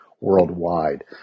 worldwide